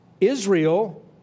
Israel